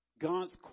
God's